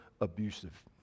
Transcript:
abusive